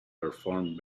performed